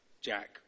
Jack